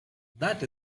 that